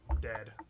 dead